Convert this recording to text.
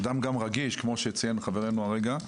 אתה אדם גם רגיש, כמו שציין חברנו הרגע.